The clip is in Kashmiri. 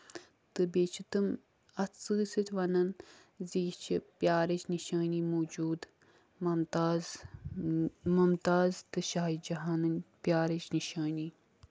تہٕ بیٚیہِ چھِ تُمۍ اَتھ سۭتۍ سۭتۍ وَنان زِ یہِ چھِ پیارٕچ نِشٲنی موٗجوٗد ممتاز ممتاز تہٕ شاہِ جہانٕنۍ پیارٕچ نِشٲنی